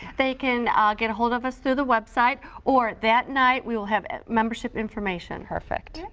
they can ah get a hold of us through the website or that night we will have membership information. perfect.